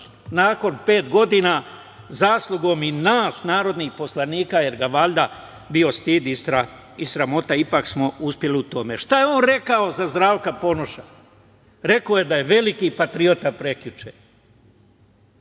nakon pet godina, zaslugom i nas narodnih poslanika, jer ga valjda bilo stid i sramota. Šta je on rekao za Zdravka Ponoša? Rekao je da je veliki patriota, prekjuče.